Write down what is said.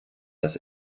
dass